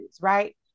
right